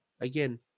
again